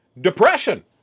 Depression